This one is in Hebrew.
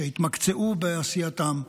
שיתמקצעו בעשייתם,